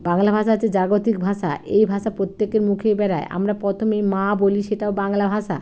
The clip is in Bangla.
বাংলা ভাষা হচ্ছে জাগতিক ভাষা এই ভাষা প্রত্যেকের মুখেই বেরোয় আমরা প্রথমেই মা বলি সেটাও বাংলা ভাষা